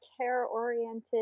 care-oriented